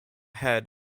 head